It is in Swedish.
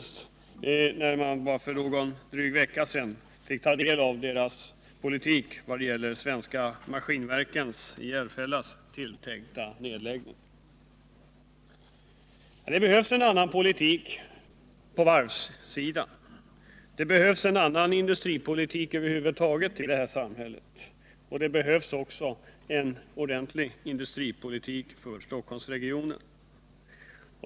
Som exempel kan nämnas deras politik när det gäller den tilltänkta nedläggningen av Svenska Maskinverken i Järfälla, vilket förslag vi för bara någon dryg vecka sedan fick ta del av. Det behövs en annan politik på varvssidan. Det behövs en annan industripolitik över huvud taget i det här samhället, även en ordentlig industripolitik för Stockholmsregionen.